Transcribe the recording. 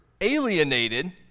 alienated